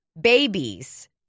babies